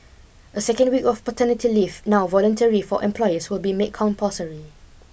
a second week of paternity leave now voluntary for employers will be made compulsory